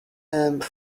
and